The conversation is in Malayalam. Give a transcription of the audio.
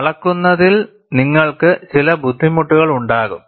അളക്കുന്നതിൽ നിങ്ങൾക്ക് ചില ബുദ്ധിമുട്ടുകൾ ഉണ്ടാകും